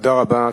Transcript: תודה רבה.